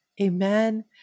Amen